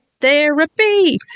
Therapy